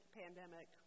pandemic